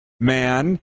man